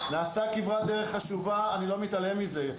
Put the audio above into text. נעשתה כברת דרך חשובה, אני לא מתעלם מזה.